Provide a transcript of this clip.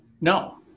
No